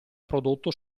prodotto